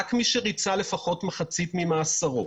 רק מי שריצה לפחות מחצית ממאסרו.